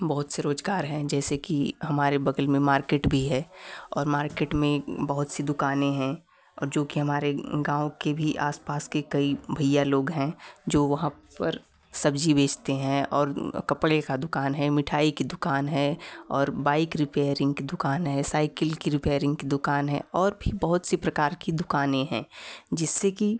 बहुत से रोज़गार हैं जैसे कि हमारे बगल में मार्केट भी है और मार्केट में बहुत सी दुकाने हैं और जो कि हमारे गाँव के भी आस पास के कई भैया लोग हैं जो वहाँ पर सब्ज़ी बेचते हैं और कपड़े का दुकान है मिठाई की दुकान है और बाइक रिपेयरिंग की दुकान है साइकिल की रिपेयरिंग की दुकान है और भी बहुत से प्रकार की दुकाने हैं जिससे कि